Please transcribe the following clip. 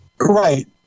Right